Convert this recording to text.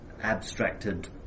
abstracted